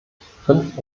fünf